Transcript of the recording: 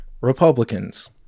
republicans